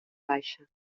baixa